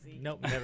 Nope